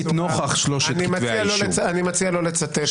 נוכח שלושת כתבי האישום -- אני מציע לא לצטט.